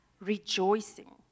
rejoicing